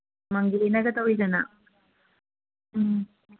ꯃꯪꯒꯦꯅꯒ ꯇꯧꯋꯤꯗꯅ ꯎꯝ